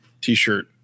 t-shirt